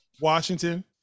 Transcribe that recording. Washington